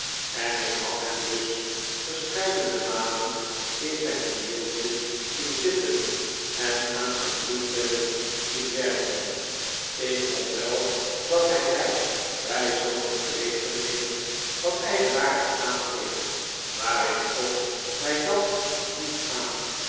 en ik had hem dus verscheidene malen in zijn prieeltje zien zitten en aan zijn bloembedden zien werken ik vond wel dat hij mij bij zulke gelegenheden wat eigenaardig aankeek maar ik trok mij dat niet aan